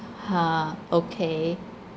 ah okay